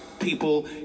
people